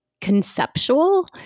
conceptual